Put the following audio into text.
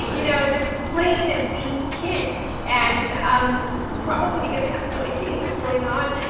you know, just playing and being kids. and um probably because they have no idea what's going on.